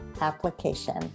application